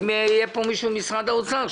אם יהיה פה מישהו ממשרד האוצר,